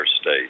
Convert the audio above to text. state